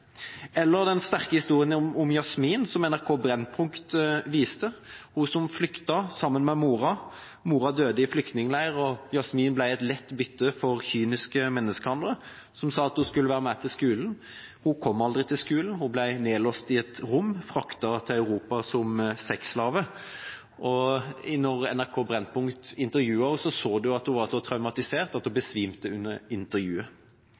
Eller den sterke historien om Yasmin som NRK Brennpunkt viste, hun som flyktet sammen med mora. Mora døde i flyktningleir, og Yasmin ble et lett bytte for kyniske menneskehandlere som sa at hun skulle være med til skolen. Hun kom aldri til skolen, hun ble nedlåst i et rom, fraktet til Europa som sexslave. Da NRK Brennpunkt intervjuet henne, så du at hun var så traumatisert at hun besvimte under intervjuet.